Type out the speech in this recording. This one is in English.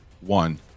one